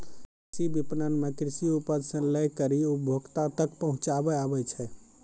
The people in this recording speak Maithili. कृषि विपणन मे कृषि उपज से लै करी उपभोक्ता तक पहुचाबै आबै छै